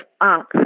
up